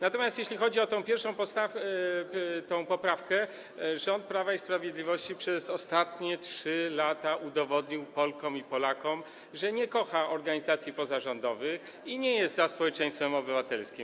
Natomiast, jeśli chodzi o tę 1. poprawkę, rząd Prawa i Sprawiedliwości przez ostatnie 3 lata udowodnił Polkom i Polakom, że nie kocha organizacji pozarządowych i nie jest za społeczeństwem obywatelskim.